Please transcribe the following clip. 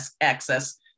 access